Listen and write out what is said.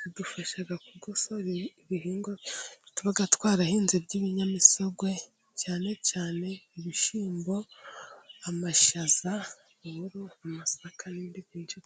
bidufasha kugosora ibihingwa tuba twarahinze by'ibinyamisogwe cyane cyane ibishyimbo, amashaza uburo, amasaka n'ibindi byinshi cyane.